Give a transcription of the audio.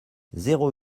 zéro